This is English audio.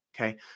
okay